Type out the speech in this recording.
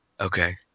Okay